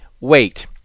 wait